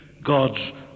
God's